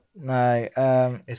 No